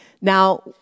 Now